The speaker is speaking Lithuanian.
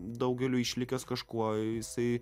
daugeliui išlikęs kažkuo jisai